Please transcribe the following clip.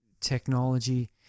technology